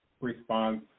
response